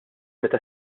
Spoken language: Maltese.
meta